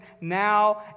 now